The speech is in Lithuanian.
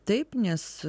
taip nes